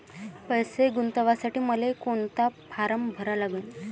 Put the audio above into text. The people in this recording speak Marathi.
पैसे गुंतवासाठी मले कोंता फारम भरा लागन?